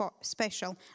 special